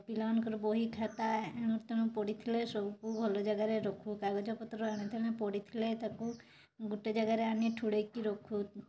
ପିଲାମାନଙ୍କର ବହି ଖାତା ଏଣୁ ତେଣେ ପଡ଼ି ଥିଲେ ସବୁ ଭଲ ଜାଗାରେ ରଖୁ କାଗଜ ପତ୍ର ଏଣେ ତେଣେ ପଡ଼ିଥିଲେ ତାକୁ ଗୋଟେ ଜାଗାରେ ଆଣି ଠୁଳେଇ କି ରଖୁ